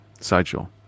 sideshow